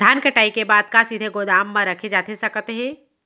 धान कटाई के बाद का सीधे गोदाम मा रखे जाथे सकत हे?